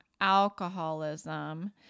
alcoholism